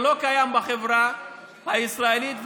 שלא קיים בחברה הישראלית,